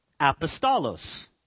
apostolos